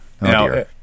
Now